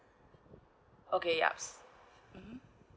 okay yup mm